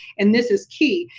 and this is key,